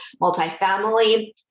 multifamily